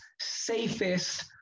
safest